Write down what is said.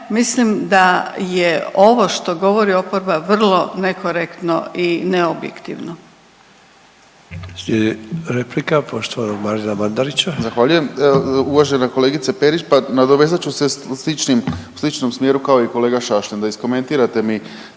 mislim da je ovo što govori oporba vrlo nekorektno i neobjektivno.